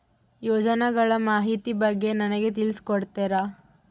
ಯೋಜನೆಗಳ ಮಾಹಿತಿ ಬಗ್ಗೆ ನನಗೆ ತಿಳಿಸಿ ಕೊಡ್ತೇರಾ?